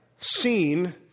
seen